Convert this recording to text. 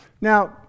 Now